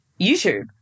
YouTube